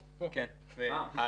בבקשה.